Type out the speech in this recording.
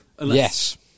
Yes